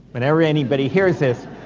whenever anybody hears this,